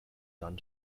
done